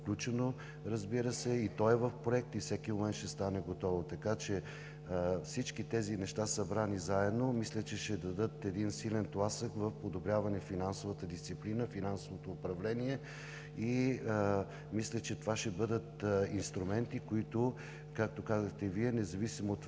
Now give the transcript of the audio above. включено. Разбира се, то е в проект и всеки момент ще стане готово. Така че всички тези неща, събрани заедно, мисля, че ще дадат силен тласък в подобряването на финансовата дисциплина, финансовото управление. Мисля, че това ще бъдат инструменти, с които, както казахте и Вие, независимо кой